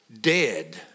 dead